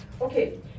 Okay